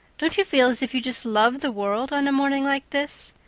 don't you feel as if you just loved the world on a morning like this?